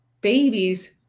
babies